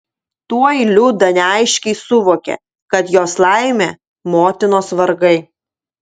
tuoj liuda neaiškiai suvokė kad jos laimė motinos vargai